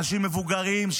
אנשים מבוגרים,